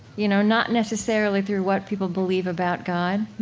you know not necessarily through what people believe about god